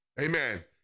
amen